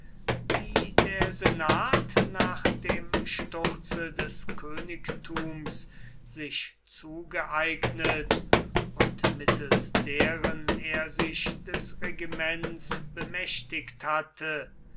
die der senat nach dem sturze des königtums sich zugeeignet und mittels deren er sich des regiments bemächtigt hatte